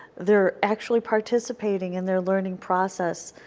they are actually participating in their learning process.